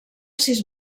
sis